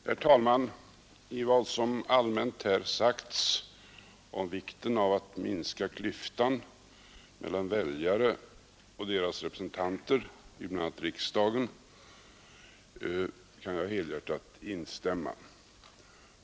Herr talman! I vad som allmänt här sagts om vikten av att minska klyftan mellan väljarna och deras representanter bl.a. i riksdagen kan jag helhjärtat instämma.